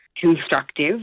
constructive